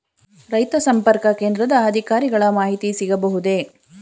ರೈತ ಸಂಪರ್ಕ ಕೇಂದ್ರದ ಅಧಿಕಾರಿಗಳ ಮಾಹಿತಿ ಸಿಗಬಹುದೇ?